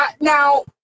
Now